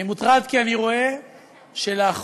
אני מוטרד, כי אני רואה שלאחרונה,